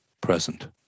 present